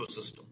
ecosystem